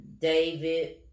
David